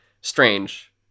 strange